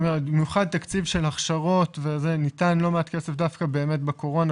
במיוחד תקציב של הכשרות ניתן לא מעט כסף דווקא בקורונה,